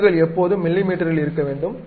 அலகுகள் எப்போதும் மிமீல் இருக்க வேண்டும்